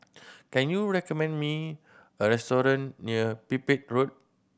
can you recommend me a restaurant near Pipit Road